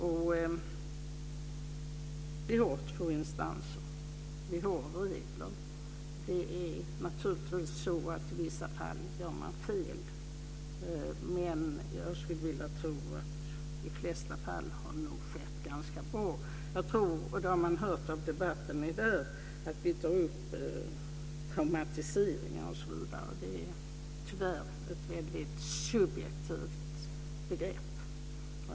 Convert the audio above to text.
Vi har två instanser, och vi har regler. Det är naturligtvis så att man i vissa fall gör fel, men jag skulle tro att det i de flesta fall nog har gjorts ganska bra. Jag tror - det har man hört i debatten - att vi gör dramatiseringar, osv. Det är tyvärr ett väldigt subjektivt begrepp.